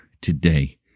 today